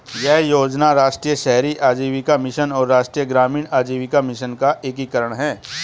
यह योजना राष्ट्रीय शहरी आजीविका मिशन और राष्ट्रीय ग्रामीण आजीविका मिशन का एकीकरण है